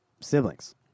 siblings